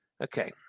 Okay